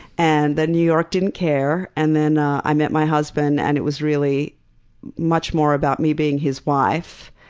and then new york didn't care. and then i met my husband and it was really much more about me being his wife.